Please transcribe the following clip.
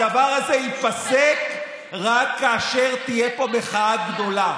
הדבר הזה ייפסק רק כאשר תהיה פה מחאה גדולה.